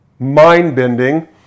mind-bending